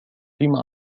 لما